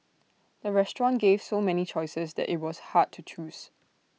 the restaurant gave so many choices that IT was hard to choose